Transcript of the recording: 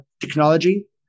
technology